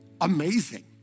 amazing